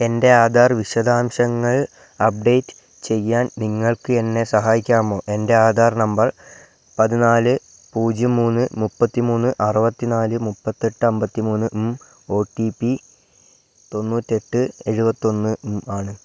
എൻ്റെ ആധാർ വിശദാംശങ്ങൾ അപ്ഡേറ്റ് ചെയ്യാൻ നിങ്ങൾക്ക് എന്നെ സഹായിക്കാമോ എൻ്റെ ആധാർ നമ്പർ പതിനാല് പൂജ്യം മൂന്ന് മുപ്പത്തിമൂന്ന് അറുപത്തിനാല് മുപ്പത്തെട്ട് അമ്പത്തിമൂന്നും ഒ ടി പി തൊണ്ണൂറ്റെട്ട് എഴുപത്തൊന്നും ആണ്